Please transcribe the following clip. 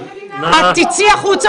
אני לא מבינה --- תצאי החוצה